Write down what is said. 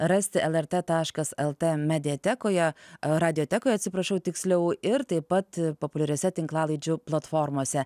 rasti lrt taškas lt mediatekoje radiotekoj atsiprašau tiksliau ir taip pat populiariose tinklalaidžių platformose